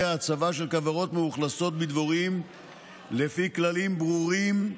ההצבה של כוורות מאוכלסות בדבורים לפי כללים ברורים,